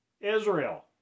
Israel